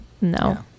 no